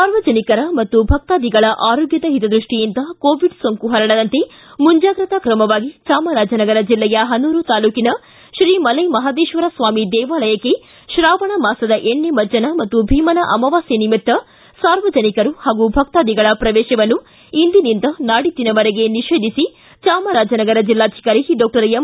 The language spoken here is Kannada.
ಸಾರ್ವಜನಿಕರ ಮತ್ತು ಭಕ್ತಾದಿಗಳ ಆರೋಗ್ಟದ ಹಿತದೃಷ್ಠಿಯಿಂದ ಕೋವಿಡ್ ಸೋಂಕು ಪರಡದಂತೆ ಮುಂಚಾಗ್ರತಾ ಕ್ರಮವಾಗಿ ಚಾಮರಾಜನಗರ ಜಿಲ್ಲೆಯ ಪನೂರು ತಾಲ್ಲೂಕಿನ ಶ್ರೀ ಮಲೆ ಮಹದೇಶ್ವರಸ್ವಾಮಿ ದೇವಾಲಯಕ್ಕೆ ಪ್ರಾವಣ ಮಾಸದ ಎಣ್ಣೆ ಮಜ್ಜನ ಮತ್ತು ಭೀಮನ ಅಮವಾಸ್ಕೆ ನಿಮಿತ್ತ ಸಾರ್ವಜನಿಕರು ಹಾಗೂ ಭಕ್ತಾದಿಗಳ ಪ್ರವೇಶವನ್ನು ಇಂದಿನಿಂದ ನಾಡಿದ್ದಿನವರೆಗೆ ನಿಷೇಧಿಸಿ ಚಾಮರಾಜನಗರ ಜಿಲ್ಲಾಧಿಕಾರಿ ಡಾಕ್ಟರ್ ಎಂ